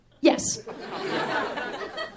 Yes